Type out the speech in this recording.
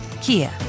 Kia